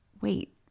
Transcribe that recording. Wait